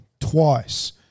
twice